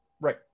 Right